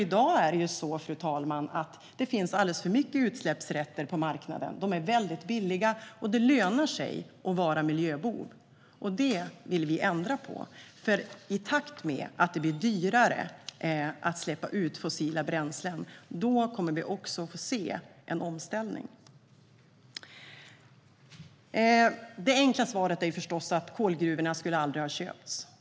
I dag finns det alldeles för mycket utsläppsrätter på marknaden. De är väldigt billiga, och det lönar sig att vara miljöbov. Det vill vi ändra på. I takt med att det blir dyrare med utsläpp från fossila bränslen kommer vi att få se en omställning. Det enkla svaret är förstås att kolgruvorna aldrig skulle ha köpts.